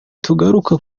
tugaruka